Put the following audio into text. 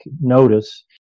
notice